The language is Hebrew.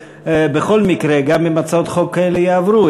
בכל מקרה גם אם הצעות חוק כאלה יעברו,